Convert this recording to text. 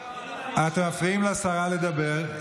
אתם מפריעים לשרה לדבר.